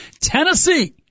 Tennessee